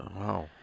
Wow